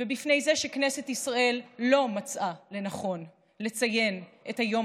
ובפני זה שכנסת ישראל לא מצאה לנכון לציין את היום